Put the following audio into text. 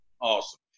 Awesome